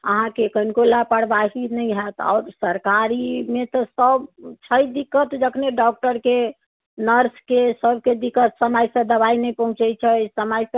अहाँकेँ कनिको लापरवाही नहि होएत आओर सरकारीमे तऽ सभ छै दिक्कत जखने डॉक्टरके नर्सके सभकेँ दिक्कत समयसँ दवाइ नहि पहुँचैत छै समयसँ